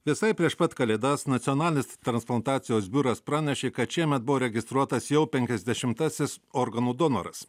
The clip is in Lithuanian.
visai prieš pat kalėdas nacionalinis transplantacijos biuras pranešė kad šiemet buvo registruotas jau penkiasdešimtasis organų donoras